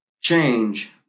change